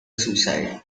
suicide